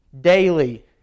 daily